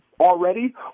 already